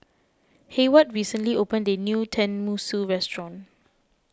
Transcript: Hayward recently opened a new Tenmusu Restaurant